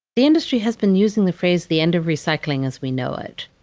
the industry has been using the phrase the end of recycling as we know it.